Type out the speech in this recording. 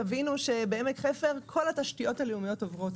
תבינו שבעמק חפר כל התשתיות הלאומיות עוברות,